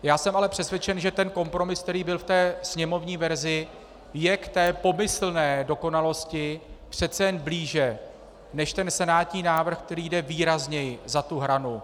Já jsem ale přesvědčen, že ten kompromis, který byl ve sněmovní verzi, je k té pomyslné dokonalosti přece jen blíže než senátní návrh, který jde výrazněji za tu hranu.